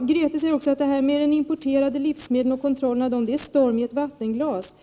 Grethe Lundblad säger också att detta med kontrollen av importerade livsmedel är en storm i ett vattenglas.